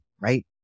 right